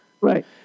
Right